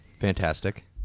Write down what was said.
Fantastic